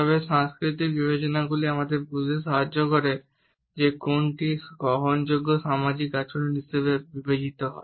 তবে সাংস্কৃতিক বিবেচনাগুলি আমাদের বুঝতে সাহায্য করে যে কোনটি গ্রহণযোগ্য সামাজিক আচরণ হিসাবে বিবেচিত হয়